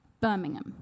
Birmingham